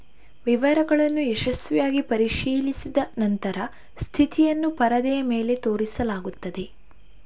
ವಿವರಗಳನ್ನು ಯಶಸ್ವಿಯಾಗಿ ಪರಿಶೀಲಿಸಿದ ನಂತರ ಸ್ಥಿತಿಯನ್ನು ಪರದೆಯ ಮೇಲೆ ತೋರಿಸಲಾಗುತ್ತದೆ